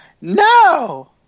No